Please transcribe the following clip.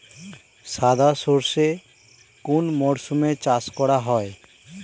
সাদা সর্ষে কোন মরশুমে চাষ করা হয়?